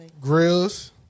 Grills